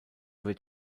wird